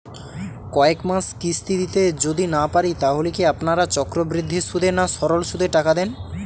কয়েক মাস কিস্তি দিতে যদি না পারি তাহলে কি আপনারা চক্রবৃদ্ধি সুদে না সরল সুদে টাকা দেন?